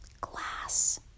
glass